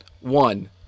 One